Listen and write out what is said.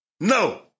No